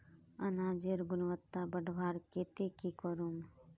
अनाजेर गुणवत्ता बढ़वार केते की करूम?